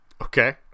Okay